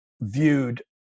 viewed